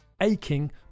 aching